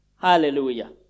Hallelujah